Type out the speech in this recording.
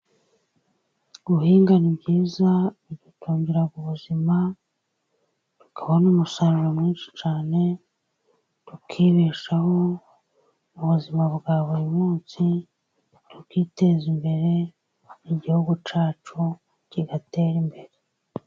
Guhinga ni byiza bidutungira ubuzima, tukabona umusaruro mwinshi cyane. Tukibeshaho mu buzima bwa buri munsi, tukiteza imbere maze igihugu cyacu kigatera imbere.